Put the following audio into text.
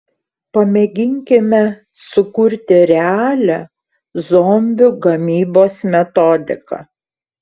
pamėginkime sukurti realią zombių gamybos metodiką